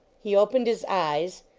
he opened his eyes,